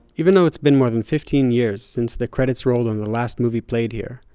even though it's been more than fifteen years since the credits rolled on the last movie played here,